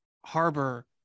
harbor